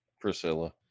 Priscilla